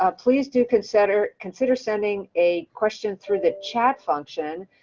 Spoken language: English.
ah please do consider consider sending a question through the chat function.